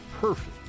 perfect